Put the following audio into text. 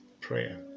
Prayer